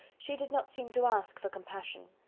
she did not seem to ask for compassion.